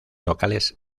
locales